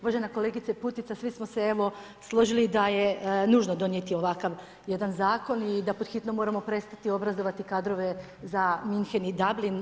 Uvažena kolegice Putica, svi smo se evo složili da je nužno donijeti ovakav jedan zakon i da pod hitno moramo prestati obrazovati kadrove za München i Dublin.